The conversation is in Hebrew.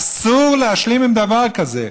אסור להשלים עם דבר כזה.